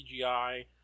CGI